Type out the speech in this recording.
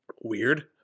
Weird